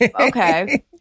Okay